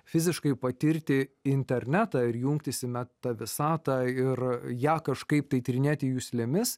fiziškai patirti internetą ir jungtis į meta visatą ir ją kažkaip tai tyrinėti juslėmis